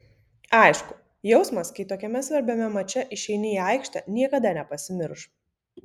aišku jausmas kai tokiame svarbiame mače išeini į aikštę niekada nepasimirš